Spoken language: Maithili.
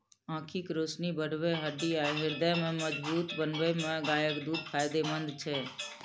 आंखिक रोशनी बढ़बै, हड्डी आ हृदय के मजगूत बनबै मे गायक दूध फायदेमंद छै